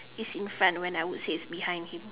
is in front when I would say it's behind him